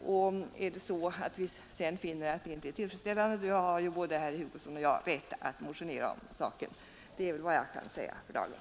Om vi sedan finner att det inte är tillfredsställande, har ju både herr Hugosson och jag rätt att motionera om saken. Det är vad jag kan säga för dagen.